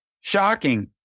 Shocking